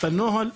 בנוהל,